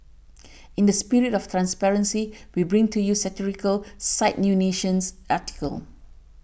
in the spirit of transparency we bring to you satirical site New Nation's article